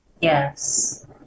yes